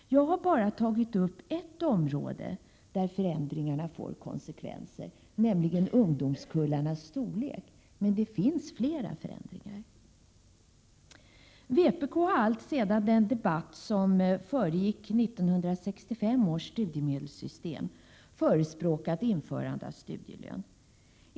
Jag har bara tagit upp ett område där förändringarna får konsekvenser, nämligen ungdomskullarnas storlek, men det finns flera förändringar. Vpk har alltsedan den debatt som föregick 1965 års studiemedelssystem förespråkat införande av studielön.